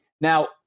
Now